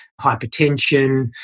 hypertension